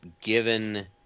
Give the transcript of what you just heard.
given